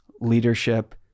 leadership